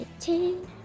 two